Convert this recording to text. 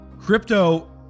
crypto